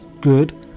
good